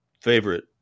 favorite